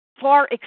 far